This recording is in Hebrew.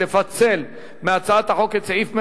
לפצל מהצעת החוק את סעיף 105(8)